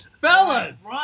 Fellas